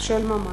של ממש.